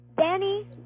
Danny